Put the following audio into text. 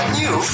new